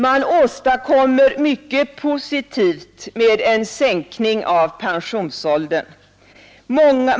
Man åstadkommer mycket positivt med en sänkning av pensionsåldern.